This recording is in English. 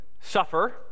suffer